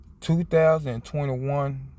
2021